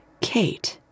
Kate